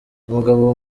umugabo